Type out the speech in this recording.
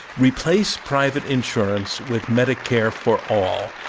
replace private insurance with medicare for all,